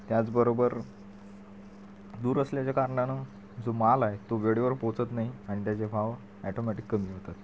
त्याचबरोबर दूर असल्याच्या कारणानं जो माल आहे तो वेळेवर पोचत नाही आणि त्याचे भाव अॅटोमॅटिक कमी होतात